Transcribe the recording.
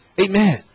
Amen